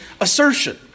assertion